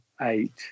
eight